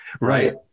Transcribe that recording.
Right